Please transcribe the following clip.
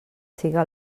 siga